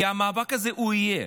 כי המאבק הזה יהיה.